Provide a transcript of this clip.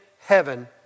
heaven